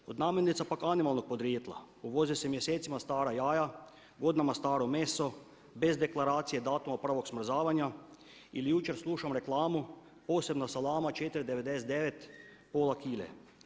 Od namirnica pak animalnog podrijetla uvoze se mjesecima stara jaja, godinama staro meso bez deklaracije, datuma prvog smrzavanja ili jučer slušam reklamu posebna salama 4,99 pola kile.